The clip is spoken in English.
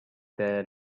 their